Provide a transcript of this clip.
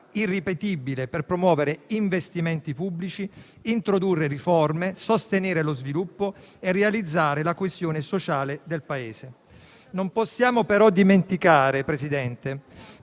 irripetibile per promuovere investimenti pubblici, introdurre riforme, sostenere lo sviluppo e realizzare la coesione sociale del Paese. Grazie al Governo Conte